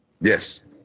Yes